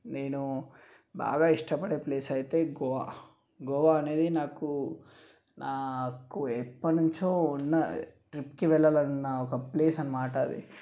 నేను బాగా ఇష్టపడే ప్లేస్ అయితే గోవా గోవా అనేది నాకు నాకు ఎప్పటినుంచో ఉన్న ట్రిప్కి వెళ్ళాలనున్న ఒక ప్లేస్ అనమాట అది